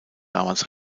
damals